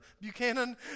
Buchanan